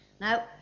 Now